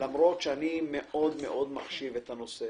למרות שאני מאוד מאוד מחשיב את הנושא